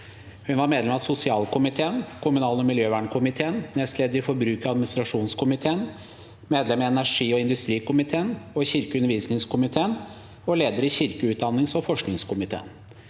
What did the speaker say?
Hun var medlem av sosialkomiteen og kommunal- og miljøvernkomiteen, nestleder i forbruker- og administrasjonskomiteen, medlem i energi- og industrikomiteen og kirke- og undervisningskomiteen og leder i kirke-, utdannings- og forskningskomiteen.